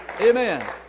Amen